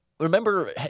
Remember